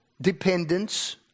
dependence